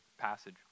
passage